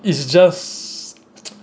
it's just